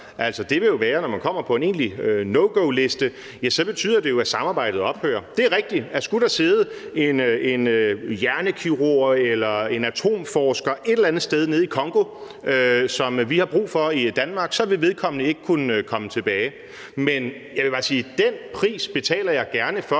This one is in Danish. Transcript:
Altså, det vil jo være, at når man kommer på en egentlig no go-liste, betyder det jo, at samarbejdet ophører. Det er rigtigt, at skulle der sidde en hjernekirurg eller en atomforsker et eller andet sted nede i Congo, som vi har brug for i Danmark, så vil vedkommende ikke kunne komme tilbage. Men jeg vil bare sige, at den pris betaler jeg gerne, for